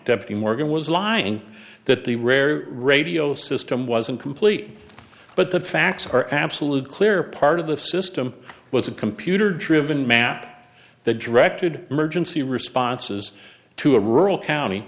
deputy morgan was lying that the rare radio system wasn't complete but the facts are absolute clear part of the system was a computer driven map the directed emergency responses to a rural county